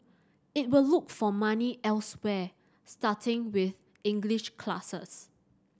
it will look for money elsewhere starting with English classes